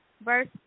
Verse